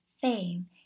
Fame